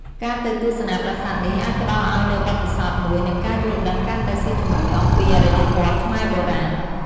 ការទៅទស្សនាប្រាសាទនេះ អាចផ្តល់ឲ្យនូវបទពិសោធន៍មួយ និងការយល់ដឹងកាន់តែស៊ីជម្រៅអំពីអរិយធម៌ខ្មែរបុរាណ។